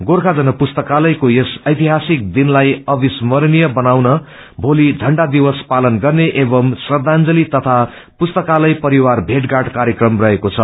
गोर्खा जन पुस्ताकालयको यस ऐतिहासिक दिनलाई अविस्मरणिय बनाउन भोली झण्डा दिवस पालन गर्ने एवं श्रऋचजली तथा पुस्तकालय परिवार भेटघाट कार्यक्रम रहेको छ